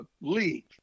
league